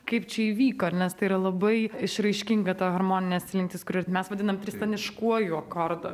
kaip čia įvyko nes tai yra labai išraiškinga ta harmoninė slinktis kur ir mes vadinam tristaniškuoju akordu